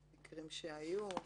מקרים שהיו?